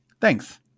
Thanks